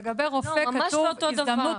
עם אופציה